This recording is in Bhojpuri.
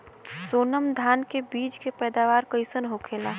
सोनम धान के बिज के पैदावार कइसन होखेला?